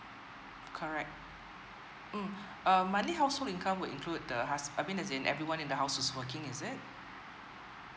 correct um uh monthly household income will include the hus~ I mean as in everyone in the house is working is it